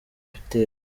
bitero